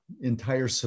entire